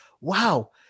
wow